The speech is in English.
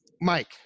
Mike